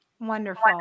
Wonderful